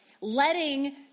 letting